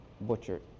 butchered